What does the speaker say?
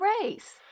race